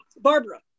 Barbara